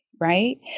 Right